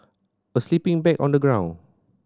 a sleeping bag on the ground